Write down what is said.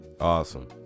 awesome